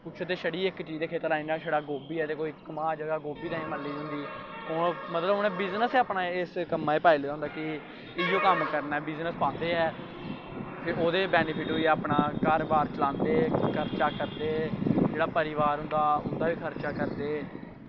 कुश ते शड़ी इक चीज़ दे खेत्तर लाई ओड़नें शड़ा गोभी ऐ ते कोऊ कमांह् जगाह् गोभी तांई मल्ली दी होंदी ऐ मतलव उनें बिजनस अपनां इस कम्मा च पाई लेदा होंदा कि इयोे कम्म करनां ऐ बिज़नस पांदे ऐं ते ओह्दे च बैनिफिट अपनां घर बाह्र चलांदे खर्चा करदे जेह्ड़ा परिवार होंदा उंदा बी खर्चा करदे